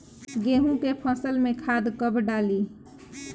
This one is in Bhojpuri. गेहूं के फसल में खाद कब डाली?